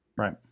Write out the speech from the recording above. Right